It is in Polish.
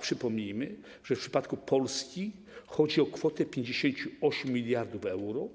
Przypomnijmy, że w przypadku Polski chodzi o kwotę 58 mld euro,